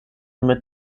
mit